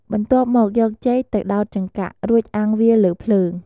បន្ទាប់មកយកចេកទៅដោតចង្កាក់ រួចអាំងវាលើភ្លើង។